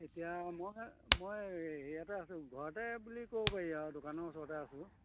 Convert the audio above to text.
এতিয়া মই মই ইয়াতে আছোঁ ঘৰতে বুলি ক'ব পাৰি আৰু দোকানৰ ওচৰতে আছোঁ